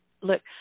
Look